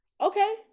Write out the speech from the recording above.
Okay